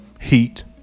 Heat